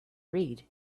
read